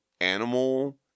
animal